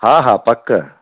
हा हा पक